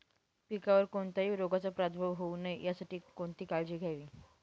पिकावर कोणत्याही रोगाचा प्रादुर्भाव होऊ नये यासाठी कोणती काळजी घ्यावी?